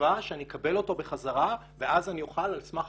בתקווה שאני אקבל אותו בחזרה ואז אני אוכל על סמך